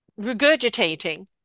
regurgitating